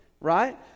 right